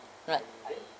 right